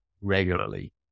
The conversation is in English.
regularly